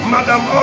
Madam